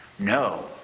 No